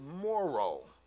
moral